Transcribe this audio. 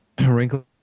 wrinkle